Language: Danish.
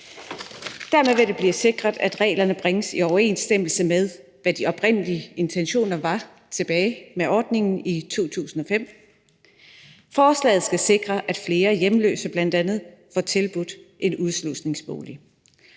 Dermed vil det blive sikret, at reglerne bringes i overensstemmelse med, hvad de oprindelige intentioner var med ordningen tilbage i 2005. Forslaget skal sikre, at bl.a. flere hjemløse får tilbudt en udslusningsbolig,